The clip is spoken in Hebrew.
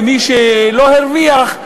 ומי שלא הרוויח,